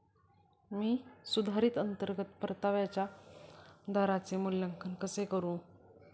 मी सुधारित अंतर्गत परताव्याच्या दराचे मूल्यांकन कसे करू?